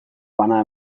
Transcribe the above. bana